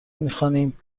میخوانیم